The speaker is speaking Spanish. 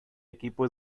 equipo